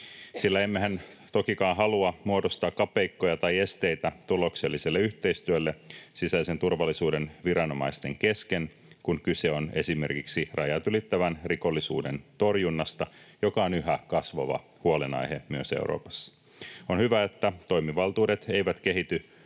sillä emmehän tokikaan halua muodostaa kapeikkoja tai esteitä tulokselliselle yhteistyölle sisäisen turvallisuuden viranomaisten kesken, kun kyse on esimerkiksi rajat ylittävän rikollisuuden torjunnasta, joka on yhä kasvava huolenaihe myös Euroopassa. On hyvä, että toimivaltuudet eivät kehity